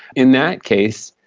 in that case,